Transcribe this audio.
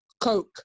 Coke